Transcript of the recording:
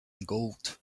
gold